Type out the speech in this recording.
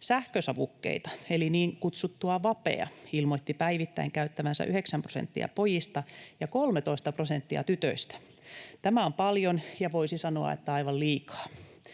Sähkösavukkeita, eli niin kutsuttua vapea, ilmoitti päivittäin käyttävänsä 9 prosenttia pojista ja 13 prosenttia tytöistä. Tämä on paljon, ja voisi sanoa, että aivan liikaa.